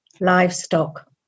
livestock